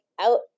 out